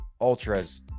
ultras